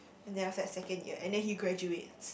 and then after that second year and then he graduates